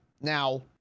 Now